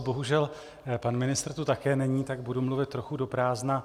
Bohužel pan ministr tu také není, tak budu mluvit trochu do prázdna.